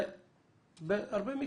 בהרבה מקרים,